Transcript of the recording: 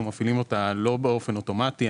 אנחנו מפעילים אותה לא באופן אוטומטי.